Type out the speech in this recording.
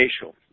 facial